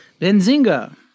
Benzinga